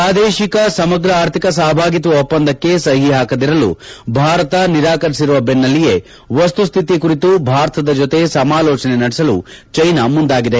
ಪ್ರಾದೇಶಿಕ ಸಮಗ್ರ ಆರ್ಥಿಕ ಸಹಭಾಗಿತ್ವ ಒಪ್ಪಂದಕ್ಕೆ ಸಹಿ ಹಾಕದಿರಲು ಭಾರತ ನಿರಾಕರಿಸಿರುವ ಬೆನ್ನಲ್ಲಿಯೇ ವಸ್ತುಸ್ಲಿತಿ ಕುರಿತು ಭಾರತದ ಜೊತೆ ಸಮಾಲೋಚನೆ ನಡೆಸಲು ಚ್ಯೆನಾ ಮುಂದಾಗಿದೆ